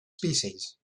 species